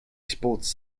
sports